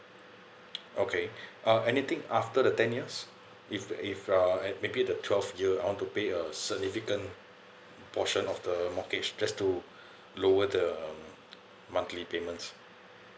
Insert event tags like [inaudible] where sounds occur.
[noise] okay uh anything after the ten years if if uh maybe the twelfth year I want to pay a significant portion of the mortgage just to lower the monthly payments